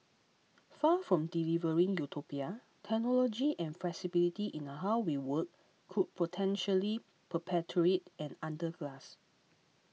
far from delivering utopia technology and flexibility in how we work could potentially perpetuate an underclass